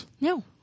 No